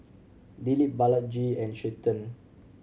Dilip Balaji and Chetan